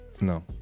No